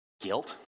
guilt